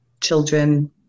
children